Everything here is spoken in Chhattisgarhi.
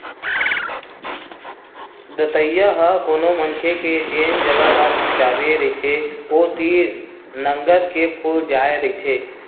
दतइया ह कोनो मनखे के जेन जगा ल चाबे रहिथे ओ तीर नंगत के फूल जाय रहिथे